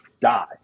die